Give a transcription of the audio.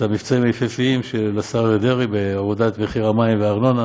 את המבצעים היפהפיים של השר דרעי בהורדת מחיר המים והארנונה,